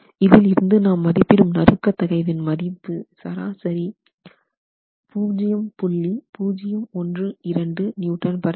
இதில் இருந்து நாம் மதிப்பிடும் நறுக்க தகைவின் மதிப்பு சராசரி 0